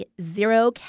zero